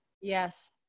Yes